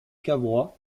cavrois